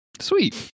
Sweet